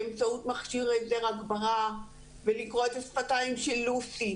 באמצעות מכשיר הגברה ולקרוא את השפתיים של לוסי,